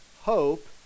Hope